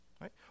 right